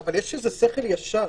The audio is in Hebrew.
אבל יש שכל ישר.